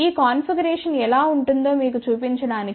ఈ కాన్ఫిగరేషన్ ఎలా ఉంటుందో మీకు చూపించడానికి